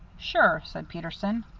sure, said peterson.